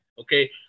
okay